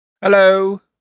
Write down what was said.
Hello